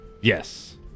Yes